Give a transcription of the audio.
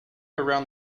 around